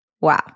Wow